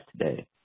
today